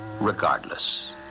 regardless